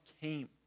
came